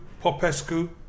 Popescu